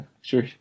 Sure